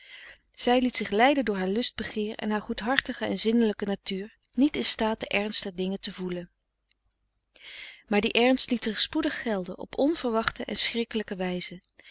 zij liet zich leiden door haar lust begeer en haar goedhartige en zinnelijke natuur niet in staat den ernst der dingen te voelen maar die ernst liet zich spoedig gelden op onverwachte en schrikkelijke wijze